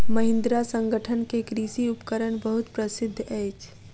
महिंद्रा संगठन के कृषि उपकरण बहुत प्रसिद्ध अछि